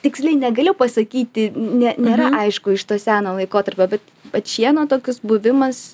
tiksliai negaliu pasakyti ne nėra aišku iš to seno laikotarpio bet vat šieno tokius buvimas